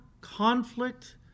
conflict